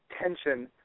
tension